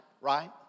right